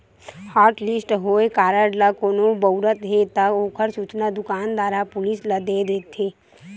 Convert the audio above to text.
hotlist होए card ल कोनो बउरत हे त ओखर सूचना दुकानदार ह पुलिस ल दे देथे